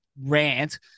rant